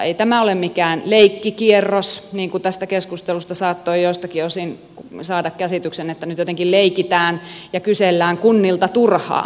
ei tämä ole mikään leikkikierros niin kuin tästä keskustelusta saattoi joiltakin osin saada käsityksen että nyt jotenkin leikitään ja kysellään kunnilta turhaan